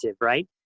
right